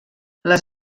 les